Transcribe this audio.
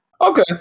okay